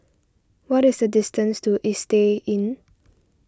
what is the distance to Istay Inn